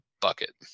bucket